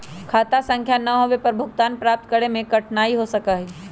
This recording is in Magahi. खाता संख्या ना होवे पर भुगतान प्राप्त करे में कठिनाई हो सका हई